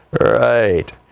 Right